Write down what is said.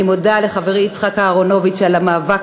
אני מודה לחברי יצחק אהרונוביץ על המאבק